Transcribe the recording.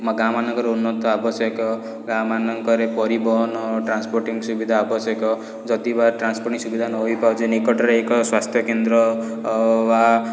ଗାଁମାନଙ୍କର ଉନ୍ନତ ଆବଶ୍ୟକ ଗାଁ ମାନଙ୍କରେ ପରିବହନ ଟ୍ରାନ୍ସପୋଟିଂ ସୁବିଧା ଆବଶ୍ୟକ ଯଦି ବା ଟ୍ରାନ୍ସପୋଟିଂ ସୁବିଧା ନ ହେଇପାରୁଛି ନିକଟରେ ଏକ ସ୍ୱାସ୍ଥ୍ୟକେନ୍ଦ୍ର ବା